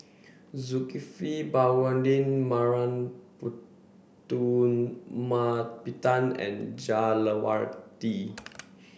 Zulkifli Baharudin Putumaippittan and Jah Lelawati